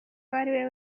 uwariwe